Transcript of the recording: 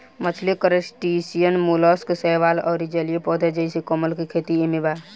मछली crustaceans mollusc शैवाल अउर जलीय पौधा जइसे कमल के खेती एमे बा